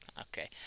Okay